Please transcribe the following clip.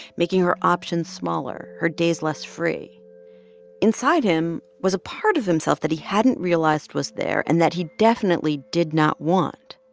making her options smaller, her days less free inside him was a part of himself that he hadn't realized was there and that he definitely did not want.